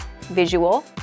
visual